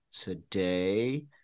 today